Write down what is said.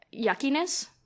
yuckiness